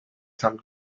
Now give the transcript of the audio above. some